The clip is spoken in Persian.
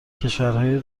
کشورهای